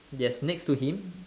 yes next to him